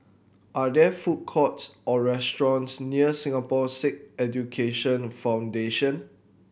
are there food courts or restaurants near Singapore Sikh Education Foundation